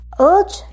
Urge